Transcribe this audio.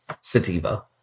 sativa